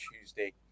Tuesday